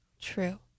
True